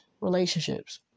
relationships